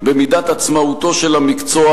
במידת עצמאותו של המקצוע